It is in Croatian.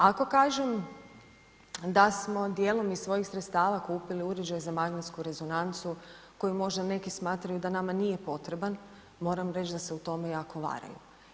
Ako kažem da smo dijelom iz svojih sredstava kupili uređaj za magnetsku rezonancu koji možda neki smatraju da nama nije potreban, moram reći da se u tome jako varaju.